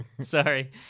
Sorry